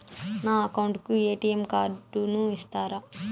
నా అకౌంట్ కు ఎ.టి.ఎం కార్డును ఇస్తారా